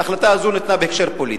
ההחלטה הזו ניתנה בהקשר פוליטי.